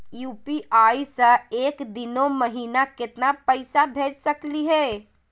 UPI स एक दिनो महिना केतना पैसा भेज सकली हे?